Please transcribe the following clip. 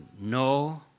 no